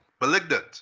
malignant